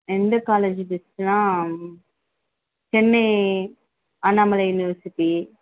எந்த காலேஜ் பெஸ்ட்டுன்னா சென்னை அண்ணாமலை யூனிவர்சிட்டி